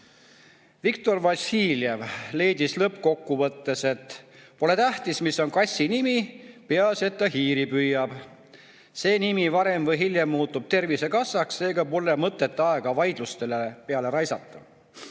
Viktor Vassiljev leidis lõppkokkuvõttes, et pole tähtis, mis on kassi nimi, peaasi, et ta hiiri püüab. See nimi varem või hiljem muutub Tervisekassaks, seega pole mõtet aega vaidluste peale raisata.